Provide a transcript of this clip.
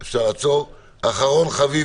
כמובן שבתקנות עצמן לאחר מכן